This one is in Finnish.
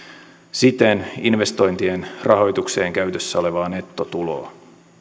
siten investointien rahoitukseen käytössä olevaa nettotuloa